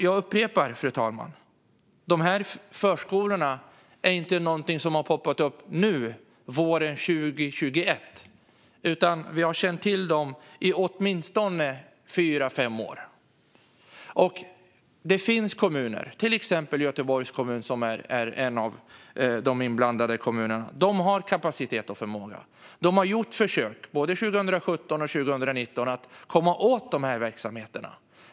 Jag upprepar, fru talman, att de här förskolorna inte är någonting som har poppat upp nu, våren 2021, utan vi har känt till dem i åtminstone fyra fem år. Det finns kommuner, till exempel Göteborgs kommun som är en av de inblandade kommunerna, som har kapacitet och förmåga. De har gjort försök, både 2017 och 2019, att komma åt de här verksamheterna.